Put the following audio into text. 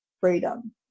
freedom